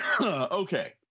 Okay